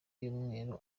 y’umweru